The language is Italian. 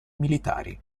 militari